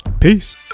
peace